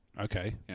okay